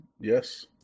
Yes